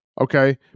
okay